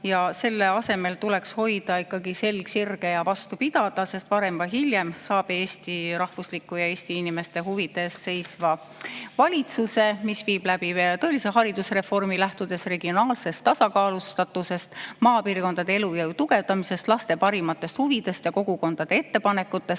Selle asemel tuleks hoida selg sirge ja vastu pidada, sest varem või hiljem saab Eesti rahvusliku ja Eesti inimeste huvide eest seisva valitsuse, mis viib läbi tõelise haridusreformi, lähtudes regionaalsest tasakaalustatusest, maapiirkondade elujõu tugevdamisest, laste parimatest huvidest ja kogukondade ettepanekutest.